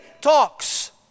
talks